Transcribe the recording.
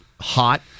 hot